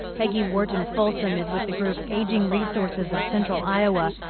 peggy whorton-folsom is with the group aging resources of central iowa.